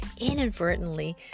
inadvertently